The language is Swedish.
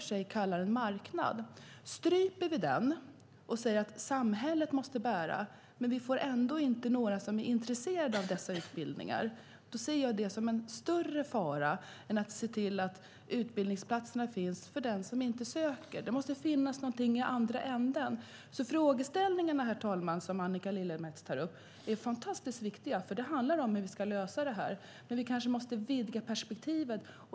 Jag ser det som en större fara om vi stryper marknaden och säger att samhället måste bära kostnaden men det finns ändå inga som är intresserade av dessa utbildningar än att det finns utbildningsplatser utan sökande. Det måste finnas något i andra änden. De frågor som Annika Lillemets tar upp är fantastiskt viktiga. De handlar om hur vi ska lösa problemet. Men vi måste kanske vidga perspektivet.